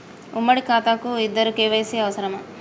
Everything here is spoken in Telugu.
ఉమ్మడి ఖాతా కు ఇద్దరు కే.వై.సీ అవసరమా?